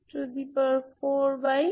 সুতরাং আপনার কাছে এইগুলি আছে